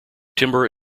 timber